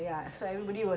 you're fat